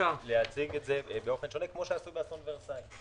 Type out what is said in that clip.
כמו שעשו באסון ורסאי.